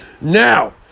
Now